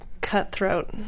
cutthroat